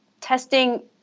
testing